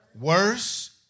Worse